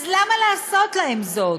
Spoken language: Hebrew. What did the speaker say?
אז למה לעשות להם זאת?